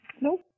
Nope